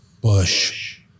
Bush